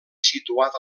situat